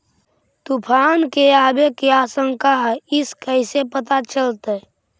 तुफान के आबे के आशंका है इस कैसे पता चलतै?